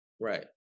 Right